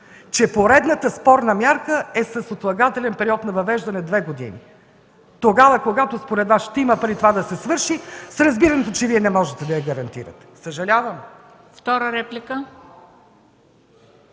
че поредната спорна мярка е с отлагателен период на въвеждане две години. Тогава, когато според Вас ще има пари това да се свърши, с разбирането, че Вие не можете да я гарантирате. Съжалявам!